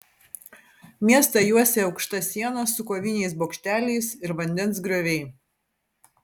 miestą juosė aukšta siena su koviniais bokšteliais ir vandens grioviai